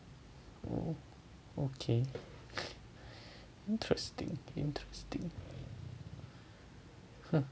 oh okay interesting interesting